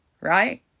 right